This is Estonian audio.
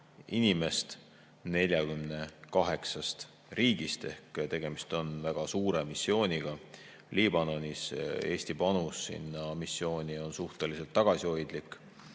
inimest 48 riigist ehk tegemist on väga suure missiooniga. Eesti panus sinna missiooni on suhteliselt tagasihoidlik.